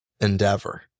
endeavor